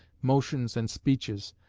motions and speeches,